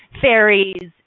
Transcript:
fairies